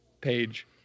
page